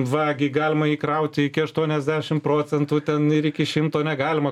vagi galima įkrauti iki aštuoniasdešimt procentų ten ir iki šimto negalima